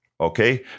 Okay